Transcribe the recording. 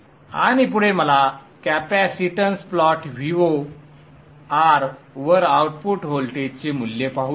आणि पुढे मला कॅपॅसिटन्स प्लॉट Vo R वर आउटपुट व्होल्टेजचे मूल्य पाहू द्या